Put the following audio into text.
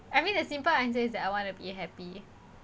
I mean the simple answer is that I wanna be happy